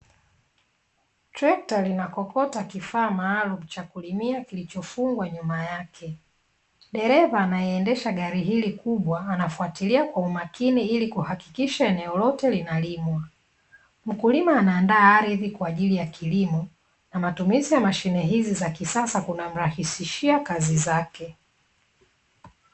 Tektra linakokota kifaa maalumu cha kulimia kilichofungwa nyuma yake. Dereva anayeendesha gari hili kubwa anafuatilia kwa umakini ili kuhakikisha eneo lote linalimwa. Mkulima anaandaa ardhi kwa ajili ya kilimo na matumizi ya mashine hizi za kisasa kunamrahisishia kazi zake.